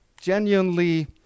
genuinely